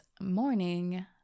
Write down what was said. morning